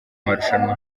marushanwa